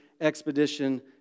expedition